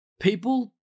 people